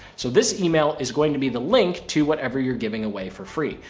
so this email is going to be the link to whatever you're giving away for free.